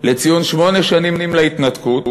לציון שמונה שנים להתנתקות,